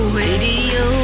radio